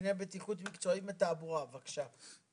קציני בטיחות מקצועי ותעבורה, בבקשה.